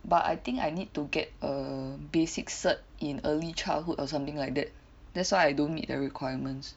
but I think I need to get a basic cert in early childhood or something like that that's why I don't meet the requirements